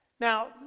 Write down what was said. Now